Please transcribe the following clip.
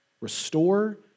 restore